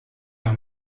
leur